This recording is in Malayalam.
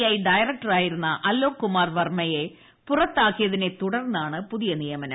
ഐ ഡയറക്ടറായിരുന്ന അലോക് കുമാർ വർമ്മയെ പുറത്താക്കിയതിനെ തുടർന്നാണ് പുതിയ നിയമനം